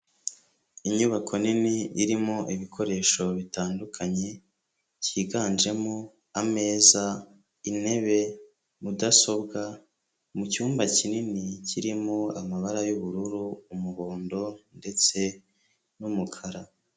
Inyubako nini irimo ibikoresho bitandukanye, byiganjemo ameza, intebe, mudasobwa, mu cyumba kinini kirimo amabara y'ubururu, umuhondo ndetse n'umukara.